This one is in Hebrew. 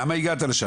למה הגעת לשם?